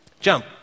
Jump